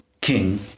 king